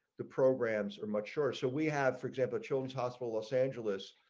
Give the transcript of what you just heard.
the programs are mature so we have for example, children's hospital, los angeles.